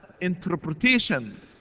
interpretation